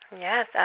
Yes